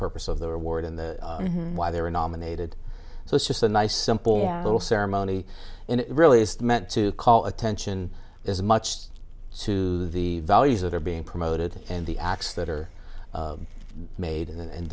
purpose of the award in the why they were nominated so it's just a nice simple little ceremony and it really is meant to call attention as much to the values that are being promoted and the acts that are made and